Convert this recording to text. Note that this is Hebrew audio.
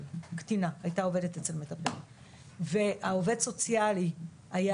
או קטינה הייתה עובדת אצל מטפל והעובד סוציאלי היה